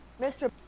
Mr